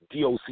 DOC